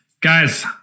Guys